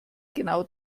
genau